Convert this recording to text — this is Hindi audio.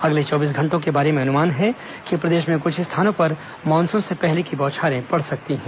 अगले चौबीस घंटों के बारे में अनुमान है कि प्रदेश में कृछ स्थानों पर मानसून से पहले की बौछारें पड़ सकती है